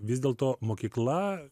vis dėlto mokykla